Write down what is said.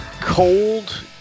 Cold